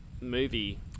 movie